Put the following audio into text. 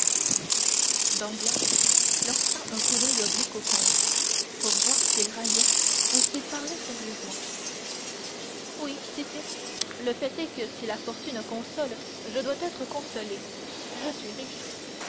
danglars lança un coup d'oeil oblique au comte pour voir s'il raillait ou s'il parlait sérieusement oui dit-il le fait est que si la fortune console je dois être consolé je suis riche